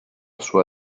sua